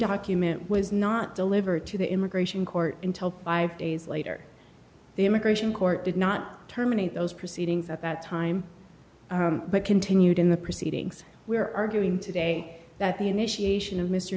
document was not delivered to the immigration court until five days later the immigration court did not terminate those proceedings at that time but continued in the proceedings we're arguing today that the initiation of mr